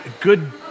good